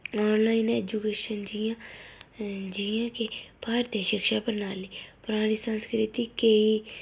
online education जि'यां जि'यां कि भारती शिक्षा प्रणाली परानी संस्कृति केईं